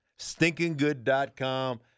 Stinkinggood.com